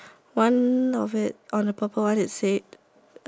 uh pegging Sue and the yellow one is said Adam